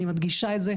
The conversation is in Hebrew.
אני מדגישה את זה,